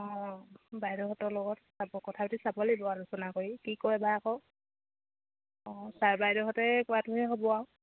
অঁ বাইদেউহঁতৰ লগত চাব কথা পাতি চাব লাগিব আলোচনা কৰি কি কয় বা আকৌ অঁ ছাৰ বাইদেউহঁতে কোৱাটোহে হ'ব আৰু